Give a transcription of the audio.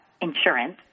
insurance